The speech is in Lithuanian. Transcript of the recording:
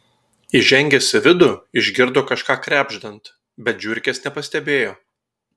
įžengęs į vidų išgirdo kažką krebždant bet žiurkės nepastebėjo